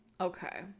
Okay